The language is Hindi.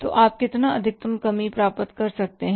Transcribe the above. तो आप कितना अधिकतम कमी प्राप्त कर सकते हैं